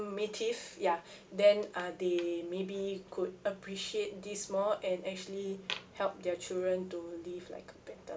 ya then uh they maybe could appreciate this more and actually help their children to live like a better